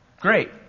Great